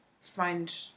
find